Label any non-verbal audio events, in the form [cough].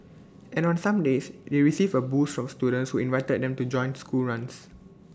[noise] and on some days they received A boost from students who invited them to join school runs